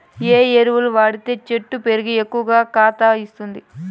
ఏ ఎరువులు వాడితే చెట్టు పెరిగి ఎక్కువగా కాత ఇస్తుంది?